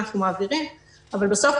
אנחנו מעבירים אבל בסוף,